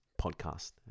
podcast